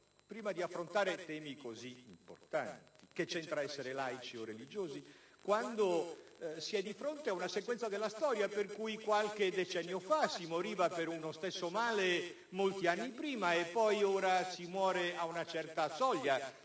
prima di affrontare temi così importanti, sì. Cosa c'entra essere laici o religiosi, quando si è di fronte ad una sequenza della storia per cui qualche decennio fa, per uno stesso male, si moriva molti anni prima, ora si muore ad una certa soglia